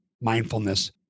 Mindfulness